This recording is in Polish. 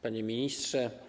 Panie Ministrze!